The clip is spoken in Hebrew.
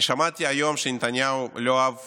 אני שמעתי היום שנתניהו לא אהב